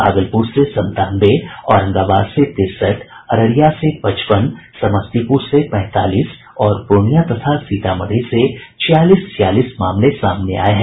भागलपुर से संतानवे औरंगाबाद से तिरसठ अररिया से पचपन समस्तीपुर से पैंतालीस और पूर्णिया तथा सीतामढ़ी से छियालीस छियालीस मामले सामने आये हैं